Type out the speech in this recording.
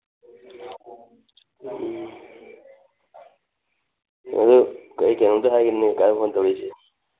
ꯎꯝ ꯑꯗꯨ ꯑꯩ ꯀꯩꯅꯣꯝꯇ ꯍꯥꯏꯒꯦꯅ ꯐꯣꯟ ꯇꯧꯔꯛꯏꯁꯤ